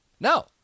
No